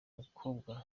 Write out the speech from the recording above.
mukobwa